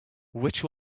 which